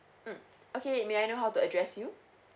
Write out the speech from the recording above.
mm okay may I know how to address you